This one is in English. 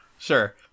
Sure